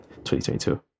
2022